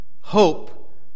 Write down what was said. hope